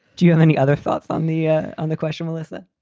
do you have any other thoughts on the ah on the question, melissa?